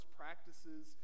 practices